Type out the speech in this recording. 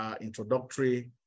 introductory